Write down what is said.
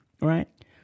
Right